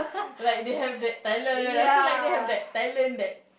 like they have that talent I feel like they have that talent that